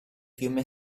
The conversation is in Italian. fiume